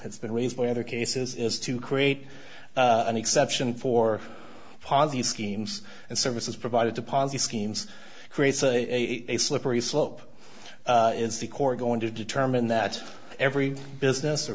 that's been raised by other cases is to create an exception for ponzi schemes and services provided to ponzi schemes creates a slippery slope is the core going to determine that every business or